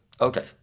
Okay